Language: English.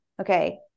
okay